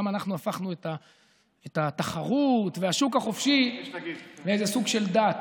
אנחנו הפכנו את התחרות והשוק החופשי לאיזה סוג של דת.